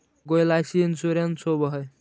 ऐगो LIC insurance होव है?